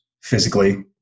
physically